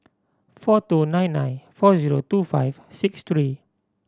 four two nine nine four zero two five six three